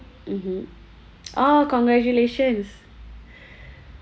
mmhmm oh congratulations